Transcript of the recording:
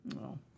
No